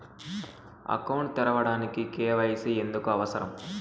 Account తెరవడానికి, KYC ఎందుకు అవసరం?